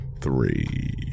three